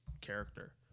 character